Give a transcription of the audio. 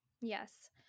Yes